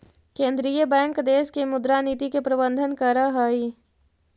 केंद्रीय बैंक देश के मुद्रा नीति के प्रबंधन करऽ हइ